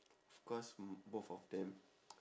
of course b~ both of them